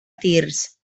tirs